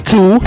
Two